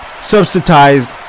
subsidized